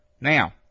Now